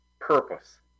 purpose